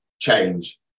change